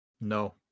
No